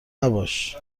نباش